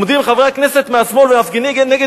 עומדים חברי הכנסת מהשמאל ומפגינים נגד